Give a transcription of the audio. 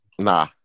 Nah